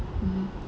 mm